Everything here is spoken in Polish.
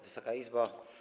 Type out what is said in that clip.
Wysoka Izbo!